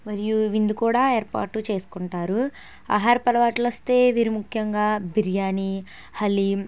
మరియు విందు కూడా ఏర్పాటు చేసుకుంటారు ఆహారపు అలవాట్లు వస్తే వీరు ముఖ్యంగా బిర్యానీ హలీం